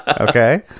Okay